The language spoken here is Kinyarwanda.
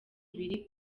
ibiri